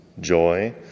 joy